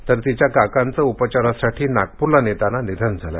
तर तिच्या काकांचं उपचारासाठी नागप्रला नेताना निधन झालं